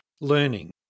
learning